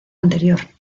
anterior